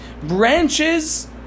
branches